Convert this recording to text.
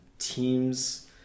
teams